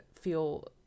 feel